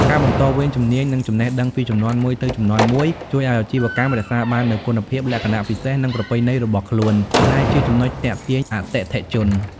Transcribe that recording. ការបន្តវេនជំនាញ និងចំណេះដឹងពីជំនាន់មួយទៅជំនាន់មួយ ជួយឲ្យអាជីវកម្មរក្សាបាននូវគុណភាព លក្ខណៈពិសេស និងប្រពៃណីរបស់ខ្លួន ដែលជាចំណុចទាក់ទាញអតិថិជន។